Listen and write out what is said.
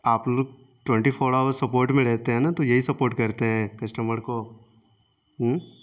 آپ لوگ twenty four hour support میں رہتے ہیں نا تو یہی سپورٹ کرتے ہیں کسٹمر کو ہوں